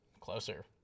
Closer